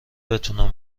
بتونم